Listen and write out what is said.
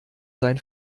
sein